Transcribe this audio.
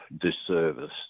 disservice